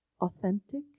authentic